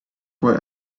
boy